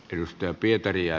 yhtäpitäviä